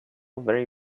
very